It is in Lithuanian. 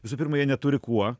visų pirma jie neturi kuo